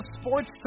sports